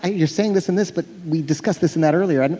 you're saying this and this but we discussed this and that earlier. and